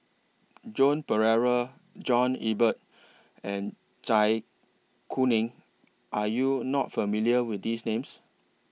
Joan Pereira John Eber and Zai Kuning Are YOU not familiar with These Names